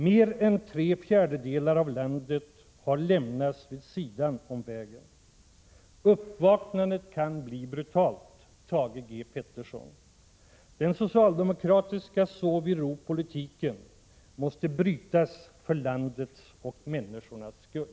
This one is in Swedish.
Mer än tre fjärdedelar av landet har lämnats vid sidan om vägen. Uppvaknandet kan bli brutalt, Thage Peterson. Den socialdemokratiska ”sov i ro-politiken” måste brytas för landets och människornas skull.